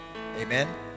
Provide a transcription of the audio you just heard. Amen